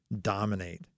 dominate